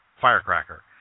firecracker